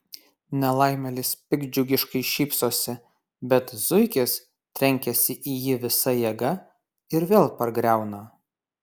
nelaimėlis piktdžiugiškai šypsosi bet zuikis trenkiasi į jį visa jėga ir vėl pargriauna